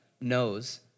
knows